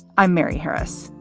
i'm mary harris.